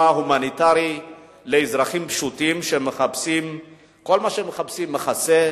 הומניטרי לאזרחים פשוטים שכל מה שהם מחפשים הוא מחסה,